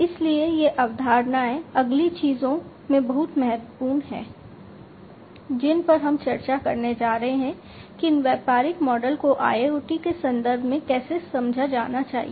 इसलिए ये अवधारणाएं अगली चीजों में बहुत महत्वपूर्ण हैं जिन पर हम चर्चा करने जा रहे हैं कि इन व्यापारिक मॉडल को IoT के संदर्भ में कैसे समझा जाना चाहिए